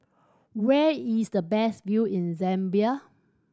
where is the best view in Zambia